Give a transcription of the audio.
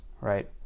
right